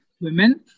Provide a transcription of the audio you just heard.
women